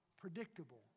predictable